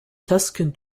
tuscan